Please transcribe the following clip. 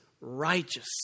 righteous